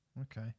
okay